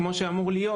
כמו שזה אמור להיות,